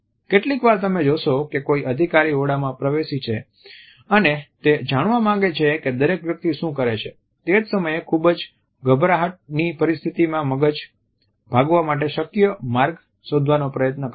કેટલીકવાર તમે જોશો કે કોઈ અધિકારી ઓરડામાં પ્રવેશી છે અને તે જાણવા માંગે છે કે દરેક વ્યક્તિ શું કરે છે તે જ સમયે ખૂબ જ ગભરાટની પરિસ્થિતિમાં મગજ ભાગવા માટે શક્ય માર્ગ શોધવાનો પ્રયાસ કરે છે